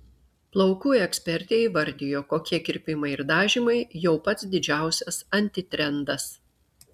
plaukų ekspertė įvardijo kokie kirpimai ir dažymai jau pats didžiausias antitrendas